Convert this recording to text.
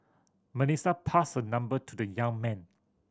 Melissa passed her number to the young man